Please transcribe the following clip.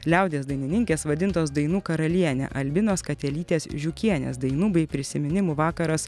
liaudies dainininkės vadintos dainų karaliene albinos katelytė žiukienės dainų bei prisiminimų vakaras